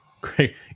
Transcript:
Great